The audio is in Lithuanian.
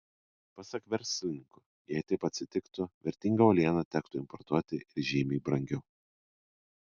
pasak verslininkų jei taip atsitiktų vertingą uolieną tektų importuoti ir žymiai brangiau